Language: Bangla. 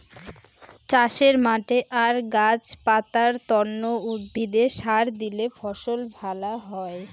চাষের মাঠে আর গাছ পাতার তন্ন উদ্ভিদে সার দিলে ফসল ভ্যালা হই